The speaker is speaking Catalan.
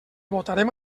votarem